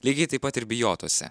lygiai taip pat ir bijotuose